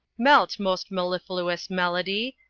melt, most mellifluous melody,